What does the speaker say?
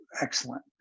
excellent